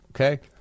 okay